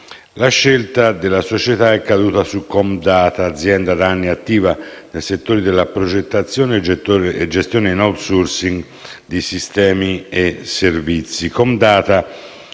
La scelta della società è caduta su Comdata, azienda da anni attiva nei settori della progettazione e gestione in *outsourcing* di sistemi e servizi.